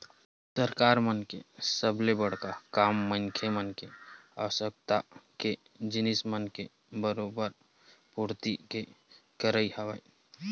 सरकार के सबले बड़का काम मनखे मन के आवश्यकता के जिनिस मन के बरोबर पूरति के करई हवय